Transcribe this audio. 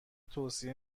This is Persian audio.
توصیه